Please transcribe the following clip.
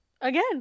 again